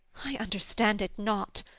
i understand it not.